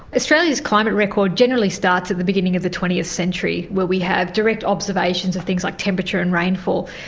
australia's climate records generally starts at the beginning of the twentieth century where we have direct observations of things like temperature and rainfall.